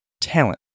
talent